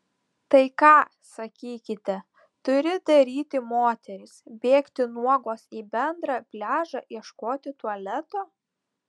tai ką sakykite turi daryti moterys bėgti nuogos į bendrą pliažą ieškoti tualeto